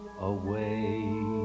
away